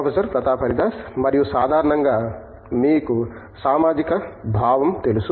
professor Pratap Haridas మరియు సాధారణంగా మీకు సామాజిక భావం తెలుసు